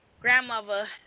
Grandmother